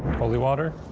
holy water?